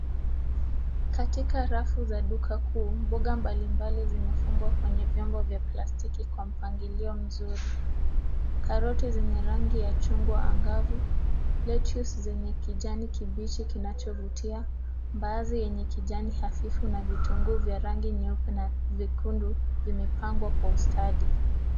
Katika rafu za duka kuu, mboga mbalimbali zimefungwa kwenye vyombo vya plastiki kwa mpangilio mzuri. Karoti zenye rangi ya chungwa angavu, lettuce zenye kijani kibichi kinachovutia, mbaazi yenye kijani hafifu, na vitunguu vya rangi nyeupe na vyekundu vimepangwa kwa ustadi.